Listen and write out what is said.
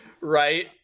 right